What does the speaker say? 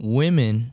women